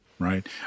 Right